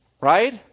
Right